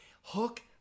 Hook